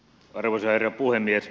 arvoisa herra puhemies